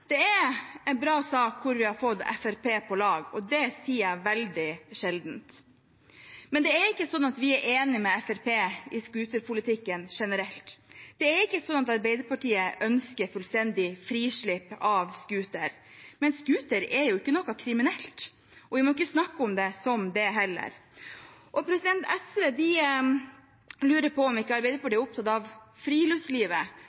er en bra sak, hvor vi har fått Fremskrittspartiet på lag, og det sier jeg veldig sjelden. Det er ikke sånn at vi er enige med Fremskrittspartiet i scooterpolitikken generelt – det er ikke sånn at Arbeiderpartiet ønsker fullstendig frislipp av scooter. Men scooter er jo ikke noe kriminelt, og vi må ikke snakke om det som det heller. SV lurer på om ikke